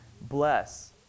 bless